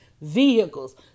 vehicles